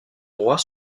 droit